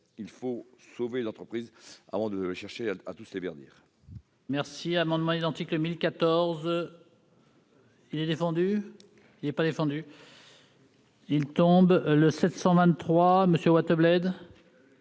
Il faut sauver les entreprises avant de chercher à toutes les verdir